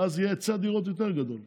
ואז יהיה היצע דירות גדול יותר.